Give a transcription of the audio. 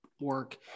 work